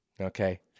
Okay